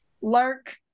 Lark